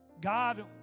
God